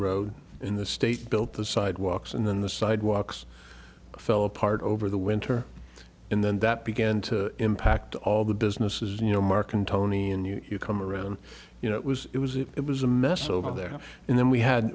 road in the state built the sidewalks and then the sidewalks fell apart over the winter and then that began to impact all the businesses you know marcantonio you come around you know it was it was it was a mess over there and then we had